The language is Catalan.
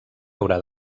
haurà